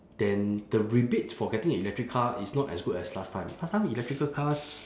then the rebates for getting an electric car is not as good as last time last time electrical cars